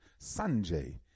Sanjay